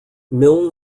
milne